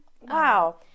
wow